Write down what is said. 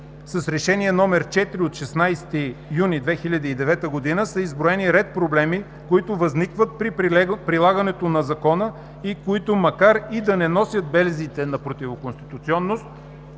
с Решение № 4 от 16 юни 2009 г., са изброени ред проблеми, които възникват при прилагането на Закона и които, макар и да не носят белезите на противоконституционност,